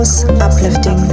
Uplifting